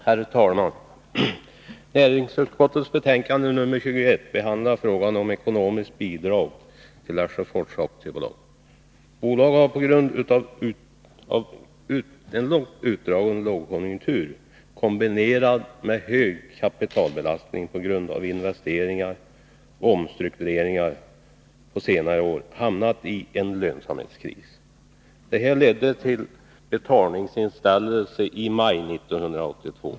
Herr talman! Näringsutskottets betänkande nr 21 behandlar frågan om ekonomiskt bidrag till Lesjöfors AB. Bolaget har, på grund av den utdragna lågkonjunkturen, kombinerad med hög kapitalbelastning på grund av investeringar och omstruktureringar, på senare år hamnat i en lönsamhetskris. Detta ledde till betalningsinställelse i maj 1982.